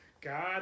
God